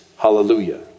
Hallelujah